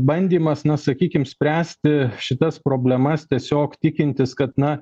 bandymas na sakykim spręsti šitas problemas tiesiog tikintis kad na